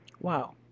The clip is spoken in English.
Wow